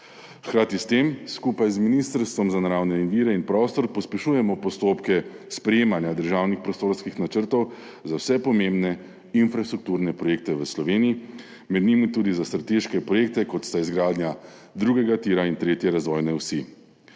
Hkrati s tem skupaj z Ministrstvom za naravne vire in prostor pospešujemo postopke sprejemanja državnih prostorskih načrtov za vse pomembne infrastrukturne projekte v Sloveniji, med njimi tudi za strateške projekte, kot sta izgradnja drugega tira in tretje razvojne osi,